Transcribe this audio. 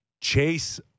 chase